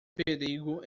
perigo